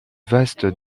vaste